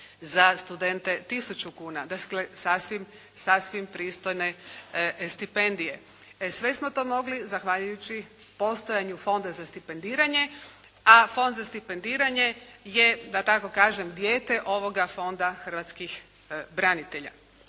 za studente tisuću kuna. Dakle sasvim pristojne stipendije. Sve smo to mogli zahvaljujući postojanju Fonda za stipendiranje, a Fond za stipendiranje je da tako kažem dijete ovoga Fonda hrvatskih branitelja.